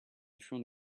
front